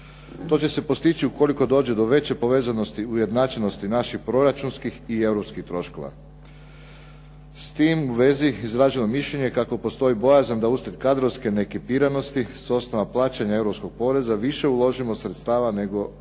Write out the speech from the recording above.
To će se postići ukoliko dođe do veće povezanosti, ujednačenosti naših proračunskih i europskih troškova. S tim u vezi izraženo je mišljenje kako postoji bojazan da uslijed kadrovske neekipiranosti s osnova plaćanja europskog poreza više uložimo sredstava nego ih